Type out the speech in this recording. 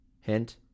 Hint